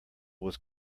was